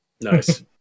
nice